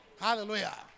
Hallelujah